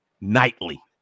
nightly